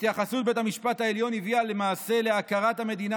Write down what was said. התייחסות בית המשפט העליון הביאה למעשה להכרת המדינה